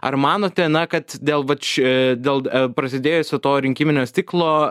ar manote na kad dėl va čia dėl prasidėjusio to rinkiminio stiklo